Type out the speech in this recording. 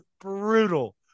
brutal